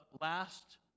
last